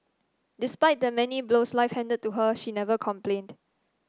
despite the many blows life handed to her she never complained